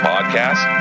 podcast